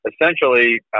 essentially